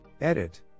Edit